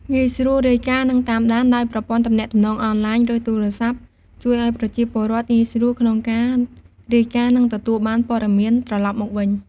ងាយស្រួលរាយការណ៍ និងតាមដាន ដោយប្រព័ន្ធទំនាក់ទំនងអនឡាញ ឬទូរស័ព្ទជួយឱ្យប្រជាពលរដ្ឋងាយស្រួលក្នុងការរាយការណ៍ និងទទួលបានព័ត៌មានត្រឡប់មកវិញ។